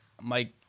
Mike